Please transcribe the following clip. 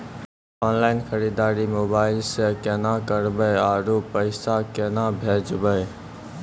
Online खरीददारी mobile से केना करबै, आरु पैसा केना भेजबै?